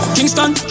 Kingston